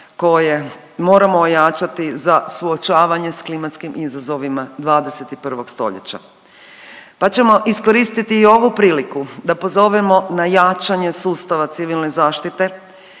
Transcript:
koje moramo ojačati za suočavanje s klimatskim izazovima 21. stoljeća. Pa ćemo iskoristiti i ovu priliku da pozovemo na jačanje sustava civilne zaštite